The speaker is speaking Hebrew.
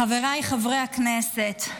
חבריי חברי הכנסת,